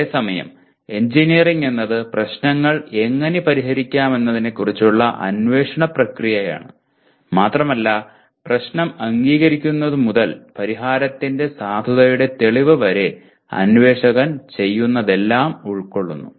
അതേസമയം എഞ്ചിനീയറിംഗ് എന്നത് പ്രശ്നങ്ങൾ എങ്ങനെ പരിഹരിക്കാമെന്നതിനെക്കുറിച്ചുള്ള അന്വേഷണ പ്രക്രിയയാണ് മാത്രമല്ല പ്രശ്നം അംഗീകരിക്കുന്നതുമുതൽ പരിഹാരത്തിന്റെ സാധുതയുടെ തെളിവ് വരെ അന്വേഷകൻ ചെയ്യുന്നതെല്ലാം ഉൾക്കൊള്ളുന്നു